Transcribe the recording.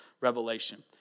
Revelation